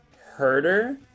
Herder